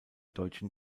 deutschen